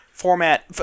Format